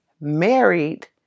married